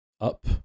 up